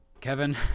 Kevin